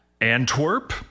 Antwerp